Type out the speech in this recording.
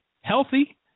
healthy